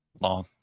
long